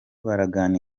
bagirana